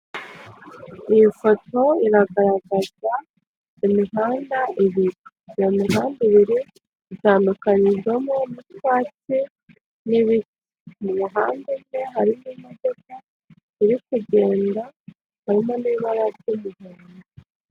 Iyi foto iragaragaza imihanda ibiri iyo muhanda ibiri itandukanizwamo n'utwatsi n'ibiti mu mihanda harimo imodoka iri kugenda harimo n'ibara ry'umuhodo.